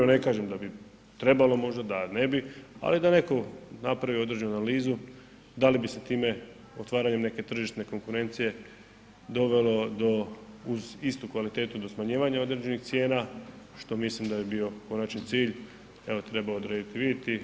Ne kažem da trebalo možda, da ne bi, ali da netko napravi određenu analizu da li bi se time otvaranjem neke tržišne konkurencije dovelo do, uz istu kvalitetu do smanjivanja određenih cijena što mislim da bi bio konačni cilj, evo treba odrediti i vidjeti.